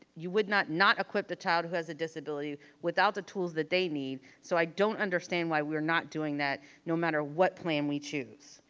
you would not, not equip the child who has a disability without the tools that they need. so i don't understand why we're not doing that no matter what plan we choose.